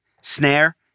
snare